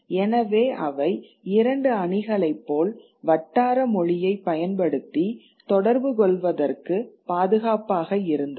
எனவே அவை 2 அணிகளைப் போல் வட்டாரமொழியைப் பயன்படுத்தி தொடர்புகொள்வதற்கு பாதுகாப்பாக இருந்தது